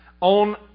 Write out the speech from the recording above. on